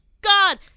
God